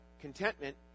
contentment